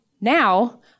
now